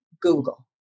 Google